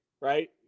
right